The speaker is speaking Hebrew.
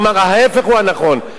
לומר: ההיפך הוא הנכון,